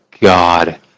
god